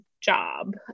job